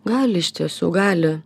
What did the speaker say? gali iš tiesų gali